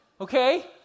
okay